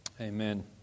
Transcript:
Amen